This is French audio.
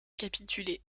capitulé